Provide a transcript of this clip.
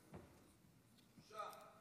בבקשה.